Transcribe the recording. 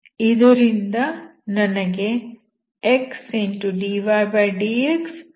ಇದರಿಂದ ನನಗೆ x